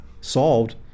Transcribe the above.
solved